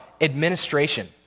administration